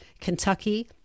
Kentucky